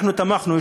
תמכנו,